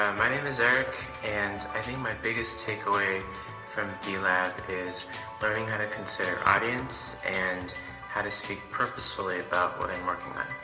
um my name is eric, and i think my biggest takeaway from b-lab is learning how to conserve audience and how to speak purposefully about what i'm working on.